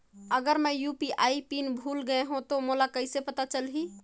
अगर मैं UPI PIN भुल गये हो तो मोला कइसे पता चलही?